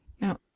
Now